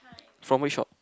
from which shop